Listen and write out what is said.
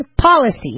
policy